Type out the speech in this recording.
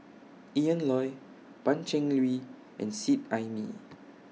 Ian Loy Pan Cheng Lui and Seet Ai Mee